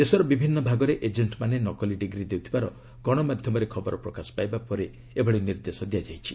ଦେଶର ବିଭିନ୍ନ ଭାଗରେ ଏଜେଷ୍ଟମାନେ ନକଲି ଡିଗ୍ରୀ ଦେଉଥିବାର ଗଣମାଧ୍ୟମରେ ଖବର ପ୍ରକାଶ ପାଇବା ପରେ ଏହି ନିର୍ଦ୍ଦେଶ ଦିଆଯାଇଛି